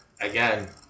Again